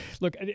Look